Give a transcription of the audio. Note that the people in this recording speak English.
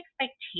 expectations